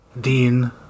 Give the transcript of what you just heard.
Dean